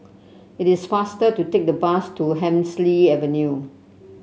it is faster to take the bus to Hemsley Avenue